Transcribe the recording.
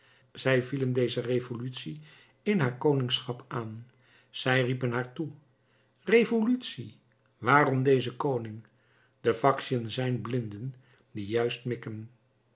zij vielen deze revolutie in haar koningschap aan zij riepen haar toe revolutie waarom deze koning de factiën zijn blinden die juist mikken